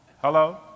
Hello